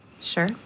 Sure